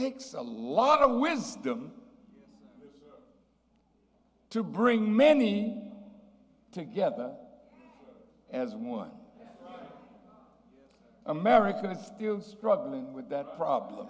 takes a lot of wisdom to bring many together as one american is still struggling with that problem